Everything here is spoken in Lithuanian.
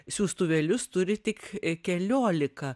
siųstuvėlius turi tik keliolika